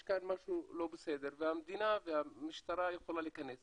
יש כאן משהו לא בסדר והמדינה והמשטרה יכולה להיכנס